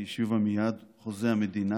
היא השיבה מייד: חוזה המדינה,